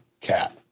cat